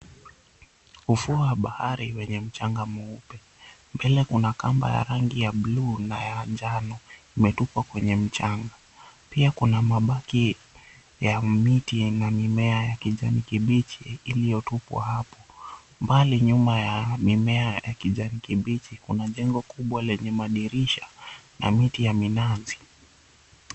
Ufuo wa bahari wenye mchanga mweupe, mbele kuna kamba ya rangi ya buluu na ya njano imetupwa kwenye mchanga. Pia kuna mabaki ya miti na mimea ya kijani kibichi iliyotupwa hapo. Mbali nyuma ya mimea ya kijani kibichi kuna jengo kubwa lenye madirisha na miti ya minazi.